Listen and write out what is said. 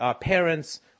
parents